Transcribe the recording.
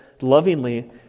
lovingly